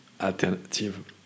alternative